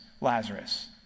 Lazarus